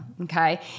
Okay